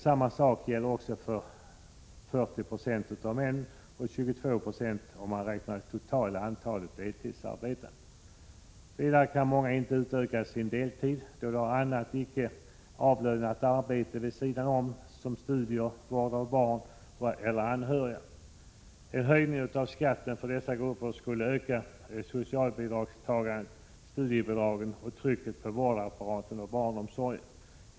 Samma sak gäller också nära 40 96 av antalet deltidsarbetande män och 22 960 av det totala antalet deltidsarbetande. Vidare kan många inte utöka sin deltid, eftersom de har annat icke avlönat arbete vid sidan om såsom studier, vård av barn eller anhörig. En höjning av skatten för dessa grupper skulle öka socialbidragstagandet, studiebidragen och trycket på barnomsorgen och vårdapparaten.